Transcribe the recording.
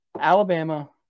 Alabama